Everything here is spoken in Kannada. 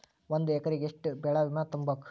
ಒಂದ್ ಎಕ್ರೆಗ ಯೆಷ್ಟ್ ಬೆಳೆ ಬಿಮಾ ತುಂಬುಕು?